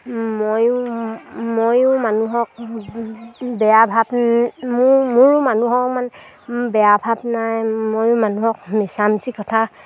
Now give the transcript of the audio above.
ময়ো ময়ো মানুহক বেয়া ভাৱ মোৰ মোৰো মানুহক মানে বেয়া ভাৱ নাই ময়ো মানুহক মিছামিচি কথা